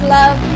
love